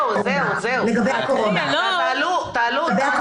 תודה רבה.